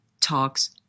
talks